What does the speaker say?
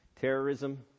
terrorism